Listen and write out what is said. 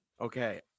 okay